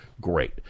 Great